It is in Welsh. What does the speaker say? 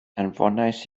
anfonais